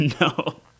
no